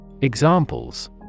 Examples